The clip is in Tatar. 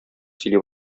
сөйли